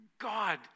God